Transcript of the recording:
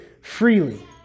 freely